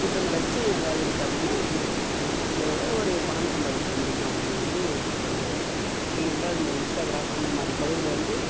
இப்போ இந்த லட்சியம் ஏதாவது இருக்கா அப்படின்னா இருக்குது இருக்குங்கிறதை விட ஒரு பணம் சம்பாதிக்க முடியும் அப்படி வந்து தெரிகிறது ஏனென்றால் இந்த இன்ஸ்டாகிராம் அந்த மாதிரி பகுதியில் வந்து